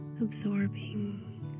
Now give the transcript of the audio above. absorbing